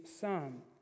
Son